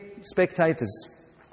spectators